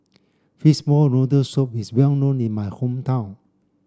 fishball noodle soup is well known in my hometown